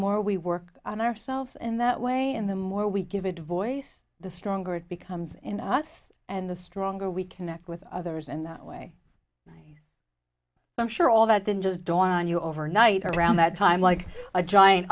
more we work on ourselves in that way and the more we give it voice the stronger it becomes in us and the stronger we connect with others in that way i'm sure all that than just dawned on you overnight around that time like a giant